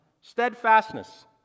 Steadfastness